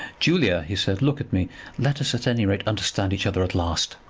julia, he said, look at me let us at any rate understand each other at last.